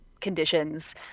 conditions